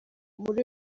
muri